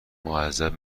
معذب